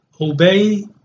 obey